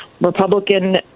Republican